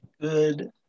good